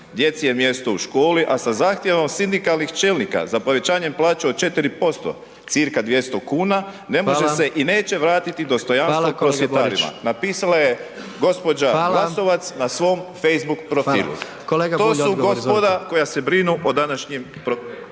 Djeci je mjesto u školi, a sa zahtjevom sindikalnih čelnika za povećanjem plaća od 4% cca 200 kuna ne može se …/Upadica: Hvala./… i neće vratiti dostojanstvo prosvjetarima. Napisala je gospođa Glasovac na svom facebook profilu. To su gospoda koja se brinu o današnjim …